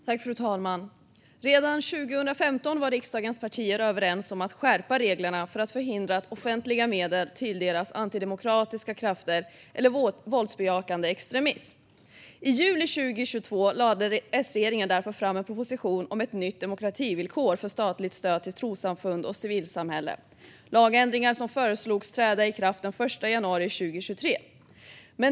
Fru talman! Redan 2015 var riksdagens partier överens om att skärpa reglerna för att förhindra att offentliga medel tilldelas antidemokratiska krafter eller våldsbejakande extremism. I juli 2022 lade S-regeringen därför fram en proposition om ett nytt demokrativillkor för statligt stöd till trossamfund och civilsamhälle med lagändringar som föreslogs träda i kraft den 1 januari 2023.